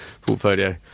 portfolio